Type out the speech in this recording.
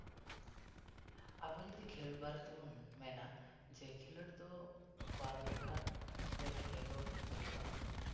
ᱟᱵᱚ ᱡᱩᱫᱤ ᱠᱷᱮᱞᱳᱰ ᱵᱟᱨᱮ ᱛᱮᱵᱚᱱ ᱢᱮᱱᱟ ᱡᱮ ᱠᱷᱮᱞᱳᱰ ᱫᱚ ᱵᱟᱨ ᱞᱮᱠᱟᱛᱮ ᱠᱷᱮᱞᱳᱰ ᱦᱩᱭᱩᱜᱼᱟ